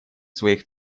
своих